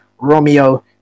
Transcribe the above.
romeo